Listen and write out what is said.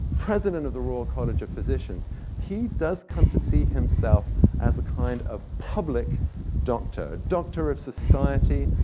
president of the royal college of physicians he does come to see himself as a kind of public doctor, a doctor of society,